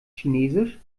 chinesisch